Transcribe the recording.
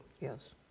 Yes